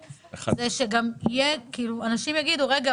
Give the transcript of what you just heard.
רק שיהיה ברור --- לא,